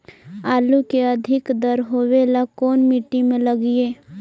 आलू के अधिक दर होवे ला कोन मट्टी में लगीईऐ?